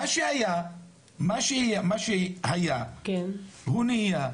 מה שהיה הוא נהיה.